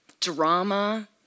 drama